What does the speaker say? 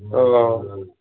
ओ